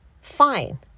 fine